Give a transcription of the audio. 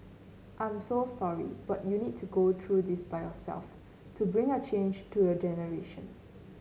I'm so sorry but you need to go through this by yourself to bring a change to your generation